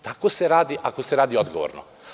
Tako se radi ako se radi odgovorno.